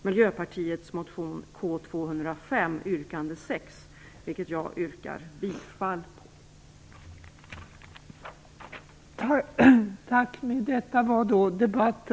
Miljöpartiets motion K205, yrkande 6, vilket jag yrkar bifall till.